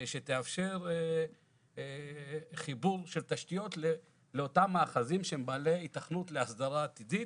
שתאפשר חיבור של תשתיות לאותם מאחזים שהם בעלי היתכנות להסדרה עתידית,